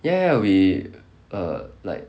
ya ya we err like